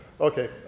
Okay